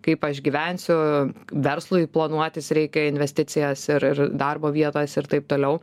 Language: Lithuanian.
kaip aš gyvensiu verslui planuotis reika investicijas ir ir darbo vietas ir taip toliau